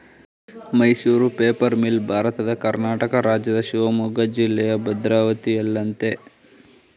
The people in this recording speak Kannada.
ಮೈಸೂರು ಪೇಪರ್ ಮಿಲ್ ಭಾರತದ ಕರ್ನಾಟಕ ರಾಜ್ಯದ ಶಿವಮೊಗ್ಗ ಜಿಲ್ಲೆಯ ಭದ್ರಾವತಿಯಲ್ಲಯ್ತೆ